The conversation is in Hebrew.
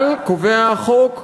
אבל קובע החוק: